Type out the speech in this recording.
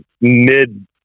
mid